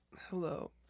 Hello